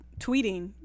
tweeting